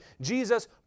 Jesus